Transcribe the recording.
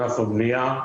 הבנייה,